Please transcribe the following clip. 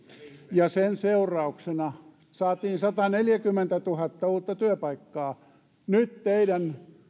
ja sen seurauksena saatiin sataneljäkymmentätuhatta uutta työpaikkaa nyt teidän